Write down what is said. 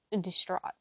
Distraught